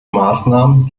maßnahmen